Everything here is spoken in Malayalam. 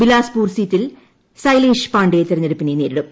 ബിലാസ്പൂർ സീറ്റിൽ സൈലേഷ് പാണ്ഡേ തെരഞ്ഞെടുപ്പിനെ നേരിടും